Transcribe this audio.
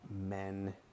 men